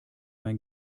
mein